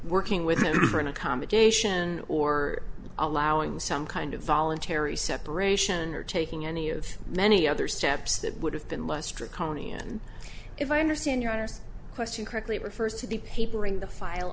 working with him for an accommodation or allowing some kind of voluntary separation or taking any of many other steps that would have been less strict connie and if i understand your honour's question correctly refers to the papering the file